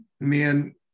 man